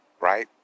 right